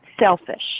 selfish